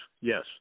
yes